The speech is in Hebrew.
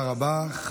תודה רבה.